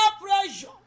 pressure